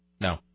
No